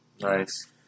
Nice